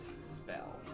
spell